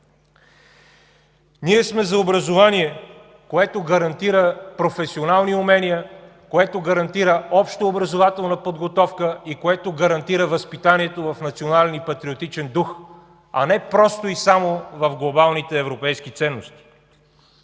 Ние сме за образование, което гарантира професионални умения, което гарантира общообразователна подготовка и което гарантира възпитанието в национален и патриотичен дух, а не просто и само в глобалните европейски ценности.